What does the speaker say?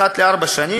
אחת לארבע שנים,